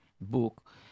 book